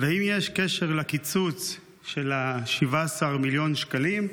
2. האם יש קשר בין קיצוץ של 17 מיליון ש"ח